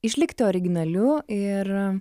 išlikti originaliu ir